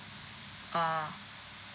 ah